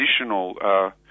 additional